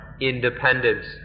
independence